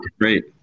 Great